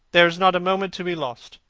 there is not a moment to be lost.